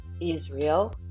Israel